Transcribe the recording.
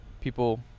people